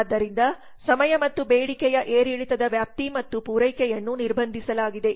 ಆದ್ದರಿಂದ ಸಮಯ ಮತ್ತು ಬೇಡಿಕೆಯ ಏರಿಳಿತದ ವ್ಯಾಪ್ತಿ ಮತ್ತು ಪೂರೈಕೆಯನ್ನು ನಿರ್ಬಂಧಿಸಲಾಗಿದೆ